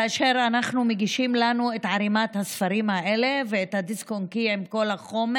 כאשר מגישים לנו את ערמת הספרים האלה ואת הדיסק-און-קי עם כל החומר: